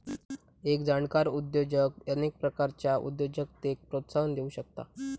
एक जाणकार उद्योजक अनेक प्रकारच्या उद्योजकतेक प्रोत्साहन देउ शकता